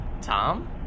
Tom